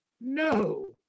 No